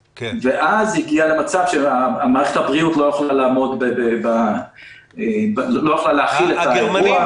ואז זה הגיע למצב שמערכת הבריאות לא הייתה יכולה להכיל את האירוע.